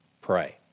Pray